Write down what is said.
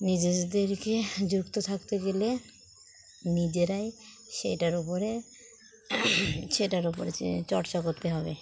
নিজেদেরকে যুক্ত থাকতে গেলে নিজেরাই সেটার ওপরে সেটার ওপরে চর্চা করতে হবে